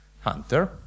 hunter